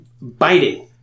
biting